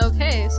Okay